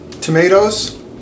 tomatoes